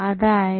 അതായത്